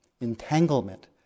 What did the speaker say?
entanglement